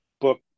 book